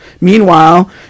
meanwhile